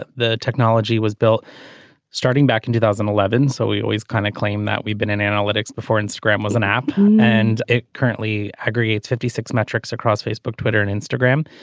the the technology was built starting back in two thousand and eleven so we always kind of claim that we've been in analytics before instagram was an app and it currently aggregates fifty six metrics across facebook twitter and instagram.